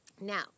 Now